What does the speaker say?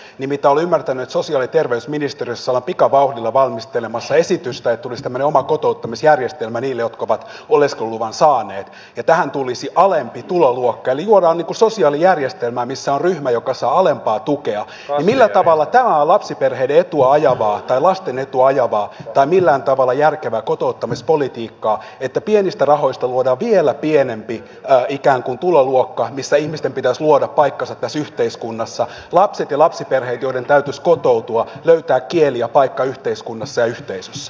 kun nimittäin olen ymmärtänyt että sosiaali ja terveysministeriössä ollaan pikavauhdilla valmistelemassa esitystä että tulisi tämmöinen oma kotouttamisjärjestelmä niille jotka ovat oleskeluluvan saaneet ja tähän tulisi alempi tuloluokka eli luodaan sosiaalijärjestelmää missä on ryhmä joka saa alempaa tukea niin millä tavalla tämä on lapsiperheiden etua ajavaa tai lasten etua ajavaa tai millään tavalla järkevää kotouttamispolitiikkaa että pienistä rahoista luodaan vielä pienempi ikään kuin tuloluokka missä ihmisten pitäisi luoda paikkansa tässä yhteiskunnassa kun ovat kysymyksessä lapset ja lapsiperheet joiden täytyisi kotoutua löytää kieli ja paikka yhteiskunnassa ja yhteisössä